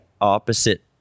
opposite